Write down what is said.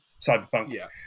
cyberpunk